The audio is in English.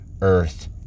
earth